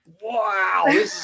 wow